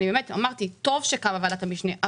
טוב שקמה ועדת המשנה,